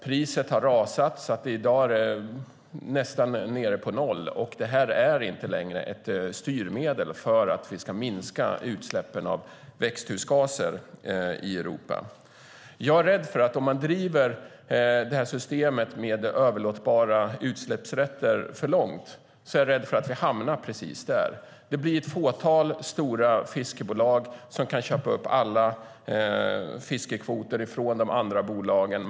Priset har rasat så att det i dag nästan är nere på noll, och detta är inte längre ett styrmedel för att minska utsläppen av växthusgaser i Europa. Jag är rädd för att vi hamnar precis där om man driver detta system med överlåtbara fiskekvoter för långt. Det blir ett fåtal stora fiskebolag som kan köpa upp alla fiskekvoter från de andra bolagen.